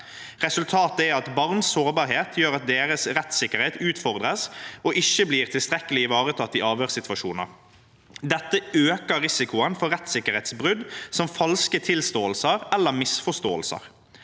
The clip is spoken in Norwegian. Resultatet er at barns sårbarhet gjør at deres rettssikkerhet utfordres og ikke blir tilstrekkelig ivaretatt i avhørssituasjoner. Dette øker risikoen for rettssikkerhetsbrudd, som falske tilståelser eller misforståelser.